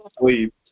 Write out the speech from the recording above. sleep